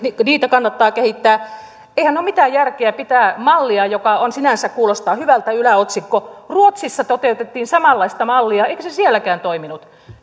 kehittää eihän ole mitään järkeä pitää mallia jonka yläotsikko sinänsä kuulostaa hyvältä ruotsissa toteutettiin samanlaista mallia eikä se sielläkään toiminut